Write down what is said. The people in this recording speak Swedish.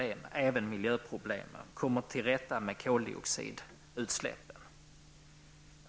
Den kommer att kunna lösa miljöproblemen och bl.a. komma till rätta med koldioxidutsläppen.